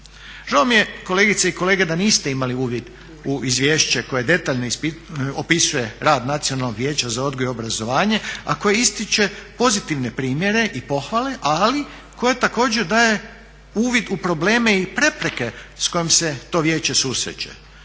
Žao mi je kolegice i kolege da niste imali uvid u izvješće koje detaljno opisuje rad Nacionalnog vijeća za odgoj i obrazovanje a koji ističe pozitivne primjere i pohvale ali koje također daje uvid u probleme i prepreke s kojim se to vijeće susreće.